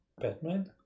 Batman